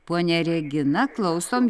ponia regina klausom